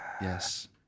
yes